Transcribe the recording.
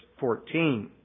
14